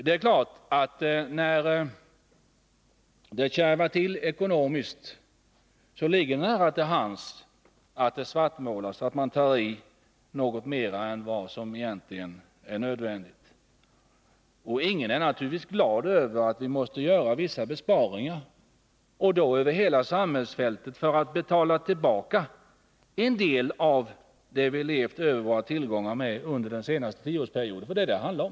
Det är klart att när det kärvar till ekonomiskt ligger det nära till hands att Nr 46 det svartmålas, att man tar i något mer än vad som egentligen är nödvändigt. Torsdagen den Ingen är naturligtvis glad över att vi måste göra vissa besparingar och då över = 11 december 1980 hela samhällsfältet för att betala tillbaka en del av det vi levt över våra tillgångar med under den senaste tioårsperioden. Det är vad det handlar om.